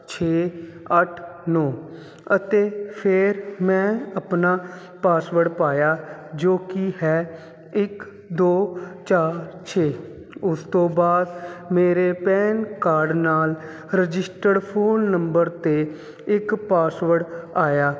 ਛੇ ਅੱਠ ਨੌਂ ਅਤੇ ਫੇਰ ਮੈਂ ਆਪਣਾ ਪਾਸਵਰਡ ਪਾਇਆ ਜੋ ਕੀ ਹੈ ਇੱਕ ਦੋ ਚਾਰ ਛੇ ਉਸ ਤੋਂ ਬਾਅਦ ਮੇਰੇ ਪੈਨ ਕਾਰਡ ਨਾਲ ਰਜਿਸਟਰ ਫੋਨ ਨੰਬਰ 'ਤੇ ਇੱਕ ਪਾਸਵਰਡ ਆਇਆ